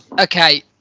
Okay